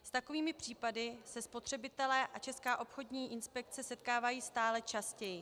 S takovými případy se spotřebitelé a Česká obchodní inspekce setkávají stále častěji.